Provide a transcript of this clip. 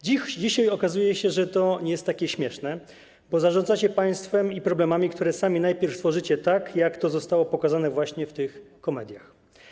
Dzisiaj okazuje się, że to nie jest takie śmieszne, bo zarządzacie państwem i problemami, które sami najpierw tworzycie, tak jak to zostało pokazane właśnie w tych komediach.